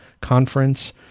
conference